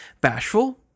bashful